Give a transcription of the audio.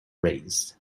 raised